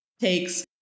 takes